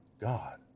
God